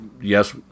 yes